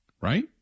Right